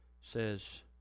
says